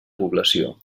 població